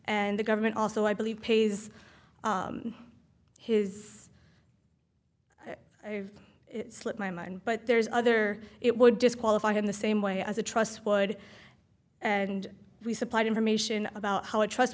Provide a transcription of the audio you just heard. and the government also i believe pays his it slipped my mind but there's other it would disqualify him the same way as a trust would and we supplied information about how a trust